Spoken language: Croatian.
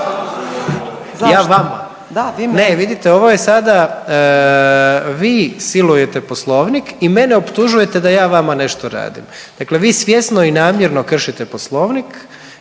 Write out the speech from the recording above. meni./... Ne, vidite, ovo je sada, vi silujete Poslovnik i mene optužujete da ja vama nešto radim. Dakle vi svjesno i namjerno kršite Poslovnik,